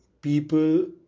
people